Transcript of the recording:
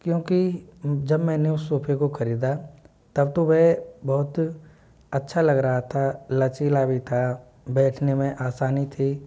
क्योंकि जब मैंने उस सोफ़े को ख़रीदा तब तो वह बहुत अच्छा लग रहा था लचीला भी था बैठने में आसानी थी